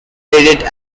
traded